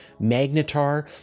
magnetar